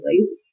lazy